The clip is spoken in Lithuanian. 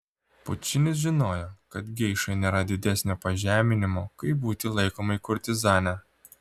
pučinis žinojo kad geišai nėra didesnio pažeminimo kaip būti laikomai kurtizane